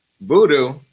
Voodoo